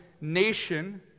nation